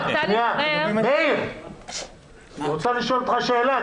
היא רוצה לשאול אותך שאלה,